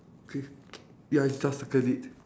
okay ya I just circled it